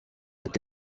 ati